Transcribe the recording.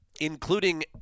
including